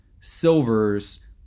silvers